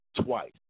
Twice